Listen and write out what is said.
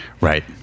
Right